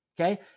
okay